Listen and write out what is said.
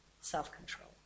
self-control